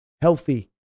healthy